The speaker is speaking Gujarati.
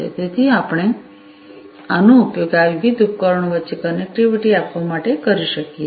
તેથી આપણે આનો ઉપયોગ આ વિવિધ ઉપકરણો વચ્ચે કનેક્ટિવિટી આપવા માટે કરી શકીએ છીએ